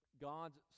God's